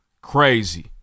Crazy